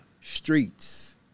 streets